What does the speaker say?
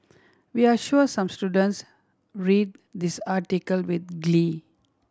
we're sure some students read this article with glee